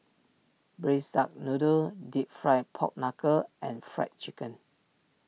Braised Duck Noodle Deep Fried Pork Knuckle and Fried Chicken